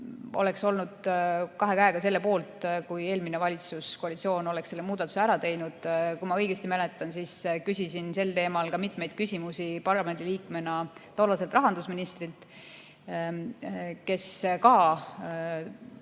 oleks olnud kahe käega selle poolt, kui eelmine valitsuskoalitsioon oleks selle muudatuse ära teinud. Kui ma õigesti mäletan, siis ma küsisin parlamendiliikmena tollaselt rahandusministrilt